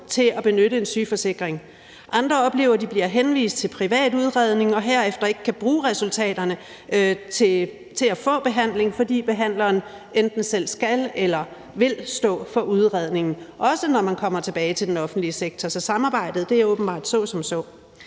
til at benytte en sygeforsikring. Andre oplever, at de bliver henvist til privat udredning og herefter ikke kan bruge resultaterne til at få behandling, fordi behandleren enten selv skal eller vil stå for udredningen; det gælder også, når man kommer tilbage til den offentlige sektor. Så det er åbenbart så som så